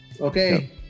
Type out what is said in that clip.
Okay